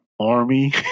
army